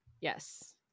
Yes